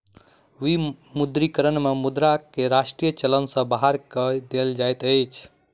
विमुद्रीकरण में मुद्रा के राष्ट्रीय चलन सॅ बाहर कय देल जाइत अछि